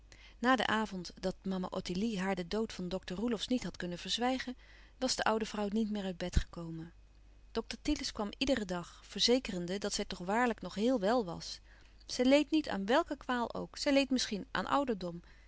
na den avond dat mama ottilie haar den dood van dokter roelofsz niet had kunnen verzwijgen was de oude vrouw niet meer uit bed gekomen dokter thielens kwam iederen dag verzekerende dat zij toch waarlijk nog heel wel was zij leed niet aan wèlke kwaal ook zij leed misschien aan ouderdom